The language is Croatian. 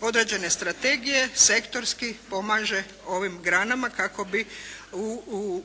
određene strategije sektorski pomaže ovim granama kako bi u